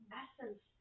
essence